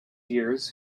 years